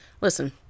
listen